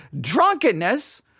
drunkenness